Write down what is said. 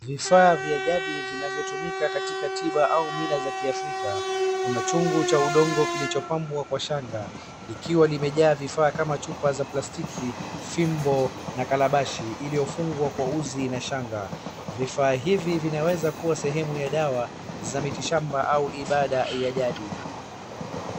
Vifa vya jadi vinavyotumika katika tiba au mila za kiafrika. Kuna chungu cha udongo kilichopambwa kwa shanga, likiwa limejaa vifaa kama chupa za plastiki, fimbo, na kalabashi iliyofungwa kwa uzi na shanga. Vifaa hivi vinaweza kuwa sehemu ya dawa za miti shamba au ibada ya jadi.